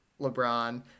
LeBron